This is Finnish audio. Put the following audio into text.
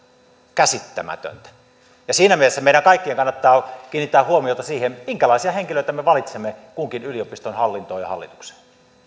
käsittämätöntä siinä mielessä meidän kaikkien kannattaa kiinnittää huomiota siihen minkälaisia henkilöitä me valitsemme kunkin yliopiston hallintoon ja hallitukseen